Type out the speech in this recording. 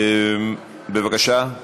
בבקשה.